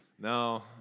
No